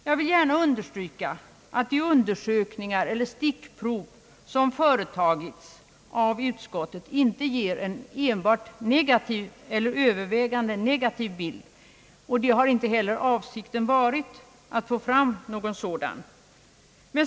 Jag vill gärna understryka att de undersökningar eller stickprov som företagits av utskottet inte ger en enbart negativ eller övervägande negativ bild. Avsikten har inte heller varit att få fram en sådan.